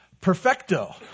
Perfecto